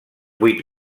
vuit